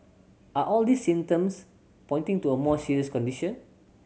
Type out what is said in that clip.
are all these symptoms pointing to a more serious condition